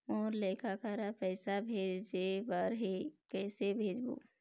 मोर लइका करा पैसा भेजें बर हे, कइसे भेजबो?